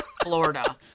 florida